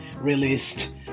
released